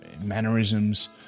mannerisms